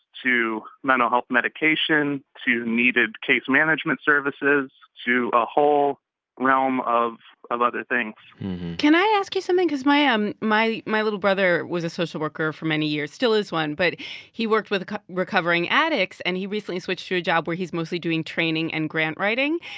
to mental health medication, to needed case management services, to a whole realm of of other things can i ask you something? cause my um my little brother was a social worker for many years still is one. but he worked with recovering addicts, and he recently switched to a job where he's mostly doing training and grant writing.